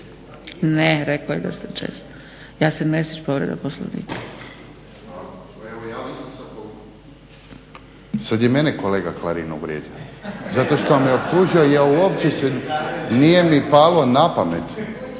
ne rekao je da ste često. Jasen Mesić, povreda Poslovnika. **Mesić, Jasen (HDZ)** Sad je mene kolega Klarin uvrijedio zato što me optužio jer uopće nije mi palo na pamet,